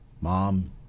Mom